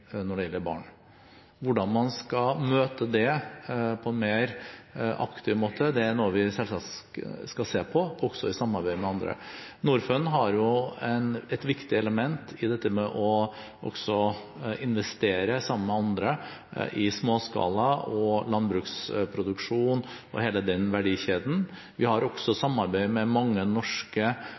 når det gjelder barn. Hvordan man skal møte det på en mer aktiv måte, er noe vi selvsagt skal se på, også i samarbeid med andre. Norfund har et viktig element i dette med å investere sammen med andre i småskala landbruksproduksjon, og hele den verdikjeden. Vi har også samarbeid med mange norske